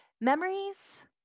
Memories